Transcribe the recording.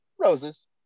Roses